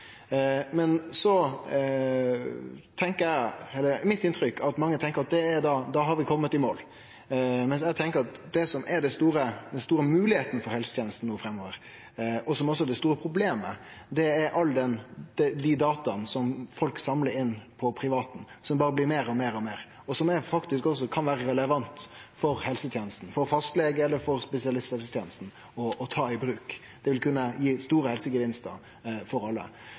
Mitt inntrykk er at mange tenkjer at da er vi komne i mål, mens eg tenkjer at det som er den store moglegheita for helsetenesta no framover, og som også er det store problemet, er alle dei dataa som folk samlar inn på privaten, som det berre blir meir og meir og meir av, og som faktisk også kan vere relevante for helsetenesta, for fastlegen eller for spesialisthelsetenesta, å ta i bruk. Det vil kunne gi store helsegevinstar for alle,